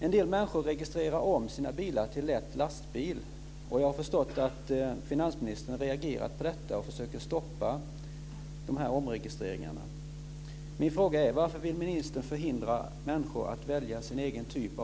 En del människor registrerar om sina bilar till lätt lastbil. Jag har förstått att finansministern har reagerat på detta och försöker stoppa de här omregistreringarna.